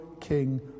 king